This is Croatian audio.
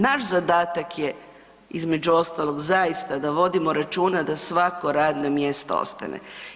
Naš zadatak je, između ostalog zaista da vodimo računa da svako radno mjesto ostane.